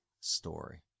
story